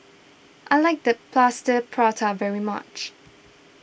I like the Plaster Prata very much